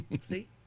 See